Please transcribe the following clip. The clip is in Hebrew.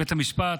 בית המשפט"